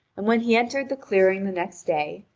and when he entered the clearing the next day,